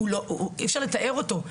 אי אפשר לתאר אותו.